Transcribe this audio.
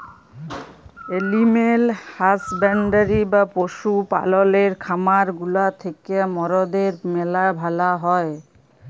animal husbandry বা পশু পাললের খামার গুলা থিক্যা মরদের ম্যালা ভালা হ্যয়